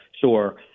Sure